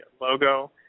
logo